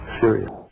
serious